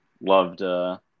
Loved